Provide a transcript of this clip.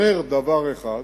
אומר דבר אחד,